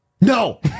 No